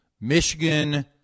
Michigan